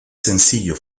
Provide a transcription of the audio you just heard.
sencillo